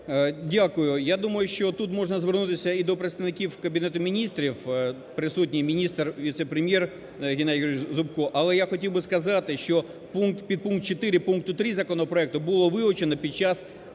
Дякую. Я думаю, що тут можна звернутися і до представників Кабінету Міністрів, присутній міністр - віце-прем'єр Геннадій Григорович Зубко. Але я хотів би сказати, що підпункт 4 пункту 3 законопроекту було вилучено під час